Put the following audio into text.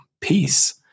peace